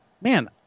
man